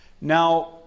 Now